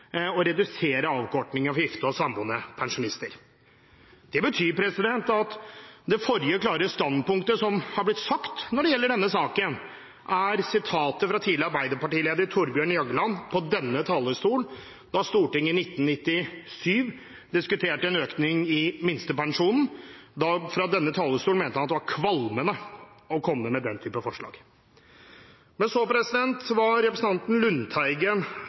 å redusere avkortningen for gifte og samboende pensjonister. Det betyr at det forrige klare standpunktet som har blitt uttrykt når det gjelder denne saken, er sitatet av tidligere arbeiderpartileder Thorbjørn Jagland da Stortinget i 1997 diskuterte en økning i minstepensjonen. Fra denne talerstolen mente han at det var «kvalmende» å komme med den typen forslag. Representanten Lundteigen var